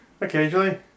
Occasionally